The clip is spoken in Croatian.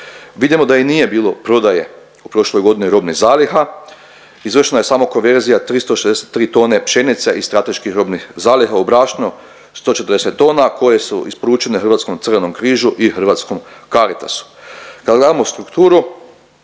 Vidimo da i nije bilo prodaje u prošloj godini robnih zaliha, izvršena je samo konverzija 363 tone pšenice iz strateških robnih zaliha u brašno 140 tona koje su isporučene Hrvatskom Crvenom križu i Hrvatskom Caritasu. Kad gledamo strukturu